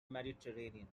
mediterranean